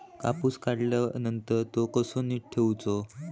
कापूस काढल्यानंतर तो कसो नीट ठेवूचो?